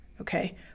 okay